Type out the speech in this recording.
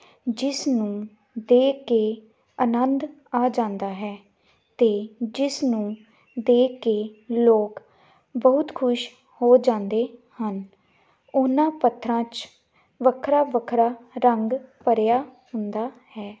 ਜਿਸ ਨੂੰ ਦੇਖ ਕੇ ਆਨੰਦ ਆ ਜਾਂਦਾ ਹੈ ਅਤੇ ਜਿਸ ਨੂੰ ਦੇਖ ਕੇ ਲੋਕ ਬਹੁਤ ਖੁਸ਼ ਹੋ ਜਾਂਦੇ ਹਨ ਉਹਨਾਂ ਪੱਥਰਾਂ 'ਚ ਵੱਖਰਾ ਵੱਖਰਾ ਰੰਗ ਭਰਿਆ ਹੁੰਦਾ ਹੈ